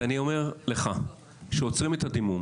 אז אני אומר לך שעוצרים את הדימום,